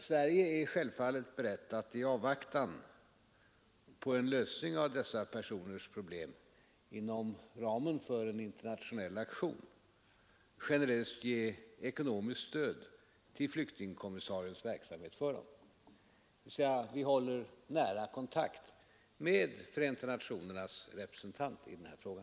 Sverige är självfallet berett att, i avvaktan på en lösning av dessa personers problem inom ramen för en internationell aktion, generöst ge ekonomiskt stöd till flyktingkommissariens verksamhet för dem, dvs. vi håller nära kontakt med Förenta nationernas representant i den här frågan.